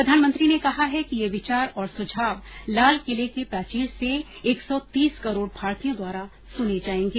प्रधानमंत्री ने कहा है कि ये विचार और सुझाव लाल किले की प्राचीर से एक सौ तीस करोड़ भारतीयों द्वारा सुने जायेंगे